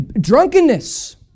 drunkenness